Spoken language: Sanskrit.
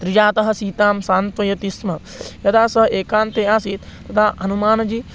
त्रिजटा सीतां सान्त्वयति स्म यदा सः एकान्ते आसीत् तदा हनूमान् जी